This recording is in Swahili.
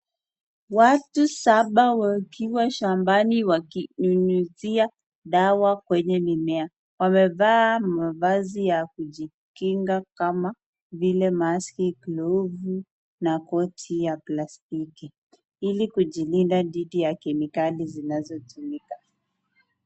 Watu saba wakiwa shambani wakinyunyizia dawa kwenye mimea. Wamevaa mavazi ya kujikinga kama vile maski, glovu na koti ya plastiki ili kujilinda dhidi ya kemikali zinazotumika.